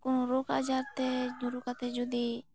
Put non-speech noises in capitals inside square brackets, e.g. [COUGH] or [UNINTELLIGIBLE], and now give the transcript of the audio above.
ᱠᱳᱱᱳ ᱨᱳᱜᱽ ᱟᱡᱟᱨᱛᱮ ᱧᱩᱨᱩ ᱠᱟᱛᱮ ᱡᱚᱫᱤ [UNINTELLIGIBLE]